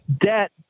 debt